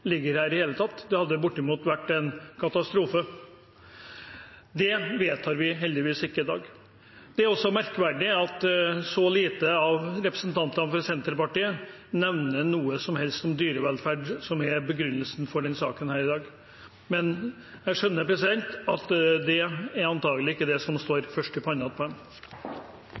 ligger her. Det hadde vært bortimot en katastrofe. Det vedtar vi heldigvis ikke i dag. Det er også merkverdig at så få av representantene for Senterpartiet nevner noe som helst om dyrevelferd, som er begrunnelsen for saken her i dag. Men jeg skjønner at det er antakelig ikke det som er lengst framme i pannen hos dem.